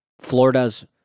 Florida's